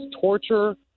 torture